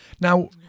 Now